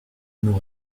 nous